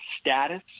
status